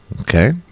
Okay